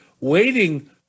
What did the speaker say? waiting